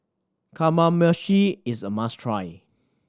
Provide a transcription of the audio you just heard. kamameshi is a must try